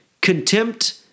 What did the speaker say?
Contempt